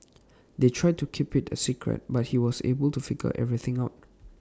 they tried to keep IT A secret but he was able to figure everything out